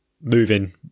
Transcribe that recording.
moving